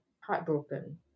heartbroken